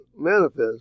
manifest